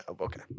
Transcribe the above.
okay